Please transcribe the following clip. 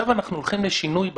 ב-2019 אנחנו הולכים לשינוי.